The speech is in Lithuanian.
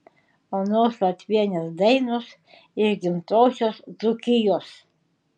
onos latvienės dainos iš gimtosios dzūkijos